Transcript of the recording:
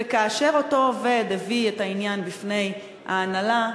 וכאשר אותו עובד הביא את העניין בפני ההנהלה,